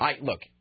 Look